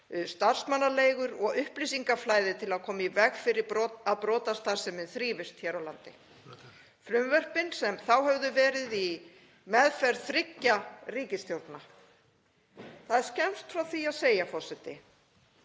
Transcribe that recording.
starfsmannaleigur og upplýsingaflæði til að koma í veg fyrir að brotastarfsemi þrífist hér á landi. Frumvörp sem þá höfðu verið í meðferð þriggja ríkisstjórna. Það er skemmst frá því að segja, forseti,